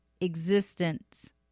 existence